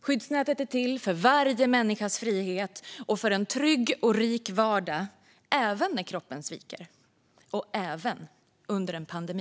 Skyddsnätet är till för varje människas frihet och för en trygg och rik vardag, även när kroppen sviker och även under en pandemi.